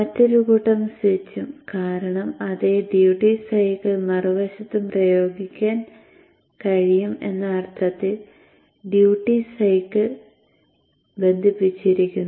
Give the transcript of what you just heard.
മറ്റൊരു കൂട്ടം സ്വിച്ചും കാരണം അതേ ഡ്യൂട്ടി സൈക്കിൾ മറുവശത്തും പ്രയോഗിക്കാൻ കഴിയും എന്ന അർത്ഥത്തിൽ ഡ്യൂട്ടി സൈക്കിൾ ബന്ധിപ്പിച്ചിരിക്കുന്നു